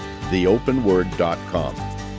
theopenword.com